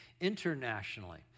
internationally